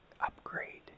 upgrade